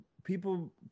People